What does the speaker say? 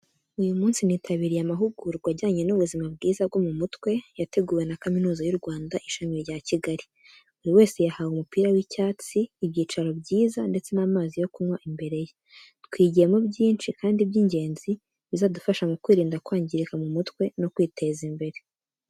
Uyu munsi nitabiriye amahugurwa ajyanye n’ubuzima bwiza bwo mu mutwe, yateguwe na Kaminuza y’u Rwanda, Ishami rya Kigali. Buri wese yahawe umupira w’icyatsi, ibyicaro byiza ndetse n’amazi yo kunywa imbere ye. Twigiyemo byinshi kandi by’ingenzi bizadufasha mu kwirinda kwangirika mu mutwe no kwiteza imbere.